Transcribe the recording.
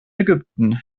ägypten